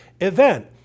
event